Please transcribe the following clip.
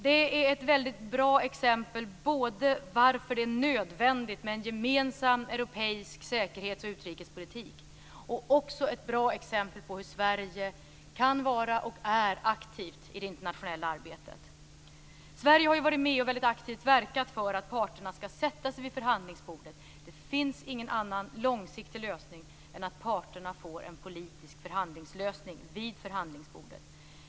Det är ett väldigt bra exempel på varför det är nödvändigt med en gemensam europeisk säkerhets och utrikespolitik och på hur Sverige kan vara och är aktivt i det internationella arbetet. Sverige har ju varit med och väldigt aktivt verkat för att parterna skall sätta sig vid förhandlingsbordet. Det finns ingen annan långsiktig lösning än att parterna får en politisk förhandlingslösning vid förhandlingsbordet.